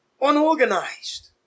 unorganized